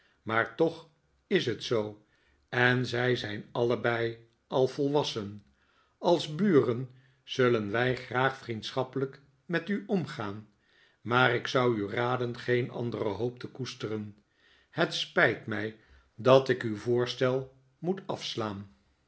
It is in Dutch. maar toch is het zoo en zij zijn allebei al volwassen als buren zullen wij graag vriendschappelijk met u omgaan maar ik zou u raden geen andere hoop te koesteren het spijt mij dat ik uw voorstel moet afslaan